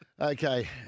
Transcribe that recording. Okay